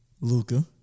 Luca